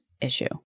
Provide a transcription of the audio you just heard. issue